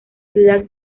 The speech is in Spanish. ciudad